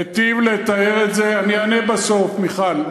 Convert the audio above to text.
היטיב לתאר את זה, למה אתה, אני אענה בסוף, מיכל.